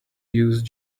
use